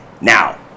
Now